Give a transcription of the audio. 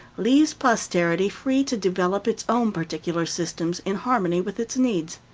leaves posterity free to develop its own particular systems, in harmony with its needs.